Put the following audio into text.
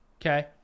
Okay